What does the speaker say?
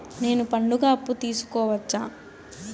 నేను పండుగ అప్పు తీసుకోవచ్చా?